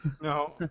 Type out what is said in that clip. no